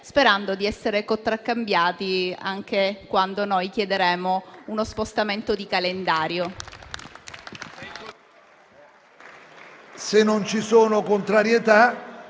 sperando di essere contraccambiati quando saremo noi a chiedere uno spostamento di calendario.